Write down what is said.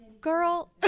girl